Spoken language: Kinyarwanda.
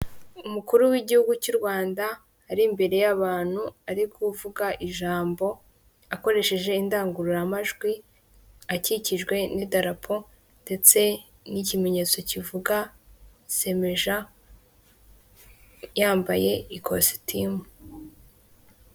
Umukuru w'igihugu cy'u Rwanda ari imbere y'abantu ari kuvuga ijambo akoresheje indangururamajwi akikijwe n'idarapo ndetse n'ikimenyetso kivuga semeja yambaye ikositimu.